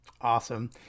Awesome